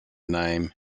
name